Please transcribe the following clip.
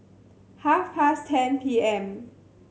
half past ten P M